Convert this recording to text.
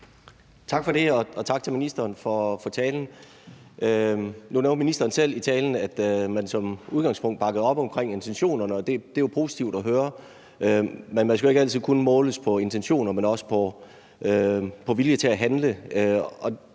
Tak for det, og tak til ministeren for talen. Nu nævnte ministeren selv i talen, at man som udgangspunkt bakkede op om intentionerne, og det er jo positivt at høre. Men man skal ikke altid kun måles på intentioner, men også på vilje til at handle.